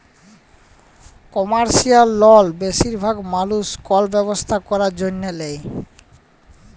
commercial লল বেশিরভাগ মালুস কল ব্যবসা ক্যরার জ্যনহে লেয়